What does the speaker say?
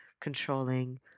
controlling